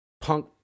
punk